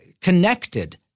connected